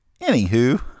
Anywho